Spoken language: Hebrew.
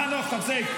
חנוך, תפסיק.